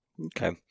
Okay